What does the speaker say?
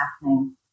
happening